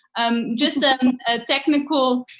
um just ah a technical,